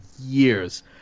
years